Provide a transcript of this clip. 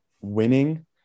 winning